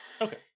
Okay